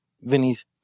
Vinny's